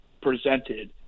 presented –